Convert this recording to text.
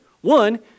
one